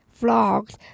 vlogs